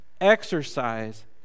Exercise